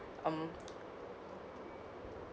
um